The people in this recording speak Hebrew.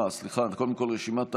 סליחה, קודם כול רשימת הדוברים.